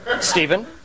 Stephen